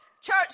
church